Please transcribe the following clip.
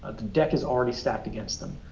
the deck is already stacked against them.